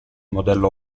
modello